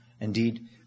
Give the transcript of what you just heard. indeed